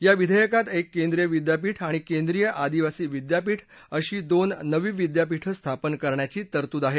या विधेयकात एक केंद्रीय विद्यापीठ आणि केंद्रीय आदिवासी विद्यापीठ अशी दोन नवी विद्यापीठं स्थापन करण्याची तरतूद आहे